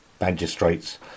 magistrates